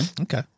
Okay